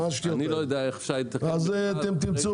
אני לא יודע איך אפשר לתקן את המכרז.